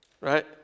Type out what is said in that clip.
right